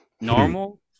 normal